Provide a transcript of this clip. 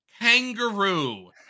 Kangaroo